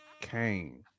Kane